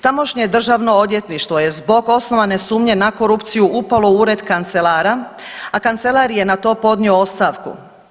Tamošnje državno odvjetništvo je zbog osnovane sumnje na korupciju upalo u ured kancelara, a kancelar je na to podnio ostavku.